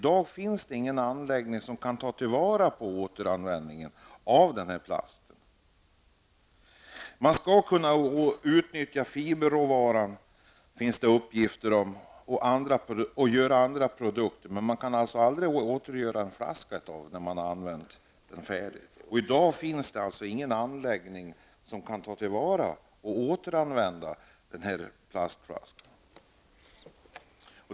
Det finns i dag ingen anläggning som kan ta till vara och återanvända den här plasten. Det finns uppgifter om att man skall kunna utnyttja fiberråvaran till att göra andra produkter, men man kan inte göra en ny flaska när man har använt den färdigt. Det finns alltså i dag inte någon anläggning som kan ta till vara och återanvända den här plastflaskan.